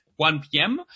1pm